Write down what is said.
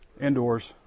Indoors